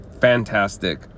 fantastic